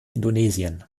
indonesien